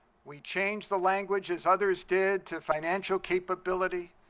we changed the language, as others did, to financial capability,